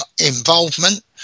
involvement